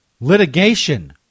litigation